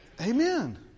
Amen